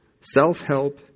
Self-help